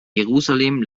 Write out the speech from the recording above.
jerusalem